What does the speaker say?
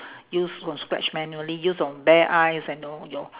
use from scratch manually use your bare eyes and your your